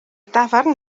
dafarn